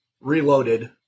Reloaded